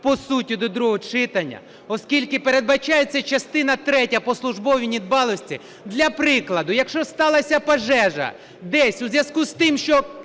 по суті до другого читання, оскільки передбачається частина третя – по службовій недбалості. Для прикладу, якщо сталася пожежа десь у зв'язку з тим, що